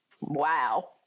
Wow